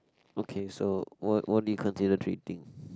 okay so what what do you consider cheating